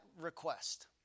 request